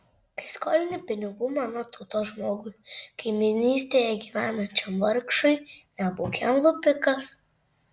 kai skolini pinigų mano tautos žmogui kaimynystėje gyvenančiam vargšui nebūk jam lupikas